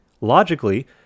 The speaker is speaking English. logically